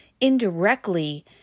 indirectly